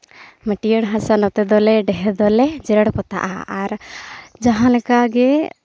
ᱢᱟᱹᱴᱭᱟᱹᱲ ᱦᱟᱥᱟ ᱱᱚᱛᱮ ᱫᱚᱞᱮ ᱰᱷᱮᱹᱨ ᱫᱚᱞᱮ ᱡᱮᱨᱮᱲ ᱯᱚᱛᱟᱜᱼᱟ ᱟᱨ ᱡᱟᱦᱟᱸᱞᱮᱠᱟ ᱜᱮ